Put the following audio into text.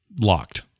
locked